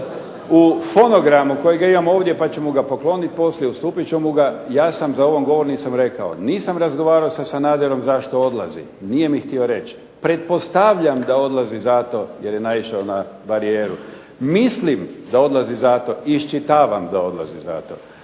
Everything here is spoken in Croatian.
U fonogramu kojeg ja imam ovdje pa ću mu ga pokloniti poslije, ustupit ću mu ga, ja sam za ovom govornicom rekao: "Nisam razgovarao sa Sanaderom zašto odlazi, nije mi htio reći. Pretpostavljam da odlazi zato jer je naišao na barijeru. Mislim da odlazi zato i iščitavam da odlazi zato."